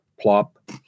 Plop